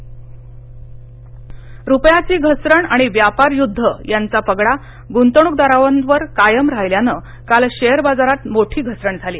वॉर्डस कास्ट शेअर रुपयाची घसरण आणि व्यापार युद्ध यांचा पगडा गुंतवणूकदारांवर कायमच राहिल्यानं काल शेअर बाजारात मोठी घसरण झाली